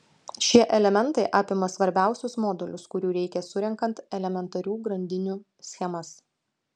šie elementai apima svarbiausius modulius kurių reikia surenkant elementarių grandinių schemas